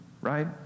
right